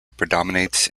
predominates